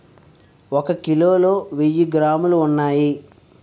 ఒక కిలోలో వెయ్యి గ్రాములు ఉన్నాయి